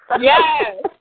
Yes